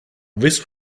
wisp